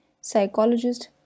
Psychologist